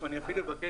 נחקק